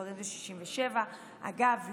וגברים זה 67. אגב,